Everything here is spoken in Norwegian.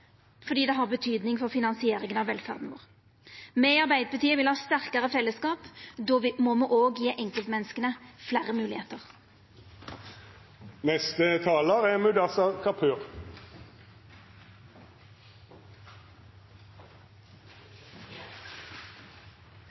fordi det har betyding for finansieringa av velferda vår. Me i Arbeidarpartiet vil ha sterkare fellesskap, då må me òg gje enkeltmenneska fleire moglegheiter. I motsetning til hva man kan få inntrykk av når man sitter og